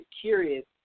curious